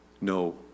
no